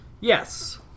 Yes